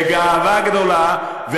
בגאווה גדולה,